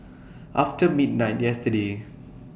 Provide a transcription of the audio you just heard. after midnight yesterday